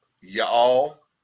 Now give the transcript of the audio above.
Y'all